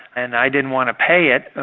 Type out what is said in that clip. and i didn't want to pay it,